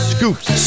Scoops